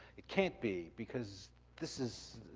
it can't be because this is,